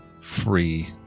free